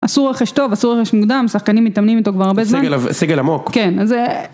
עשו רכש טוב, עשו רכש מוקדם, שחקנים מתאמנים איתו כבר הרבה זמן. סגל עמוק. כן, אז...